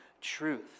truth